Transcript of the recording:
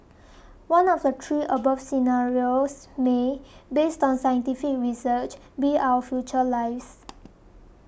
one of the three above scenarios may based on scientific research be our future lives